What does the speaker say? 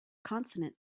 consonant